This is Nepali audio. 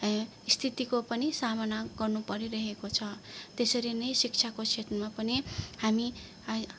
स्थितिको पनि सामना गर्नु परिरहेको छ त्यसरी नै शिक्षाको क्षेत्रमा पनि हामी हाई